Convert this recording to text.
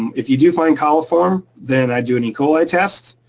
if you do find coliform, then i'd do an e. coli test.